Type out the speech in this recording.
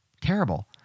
Terrible